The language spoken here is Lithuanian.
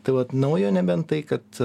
tai vat naujo nebent tai kad